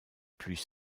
plus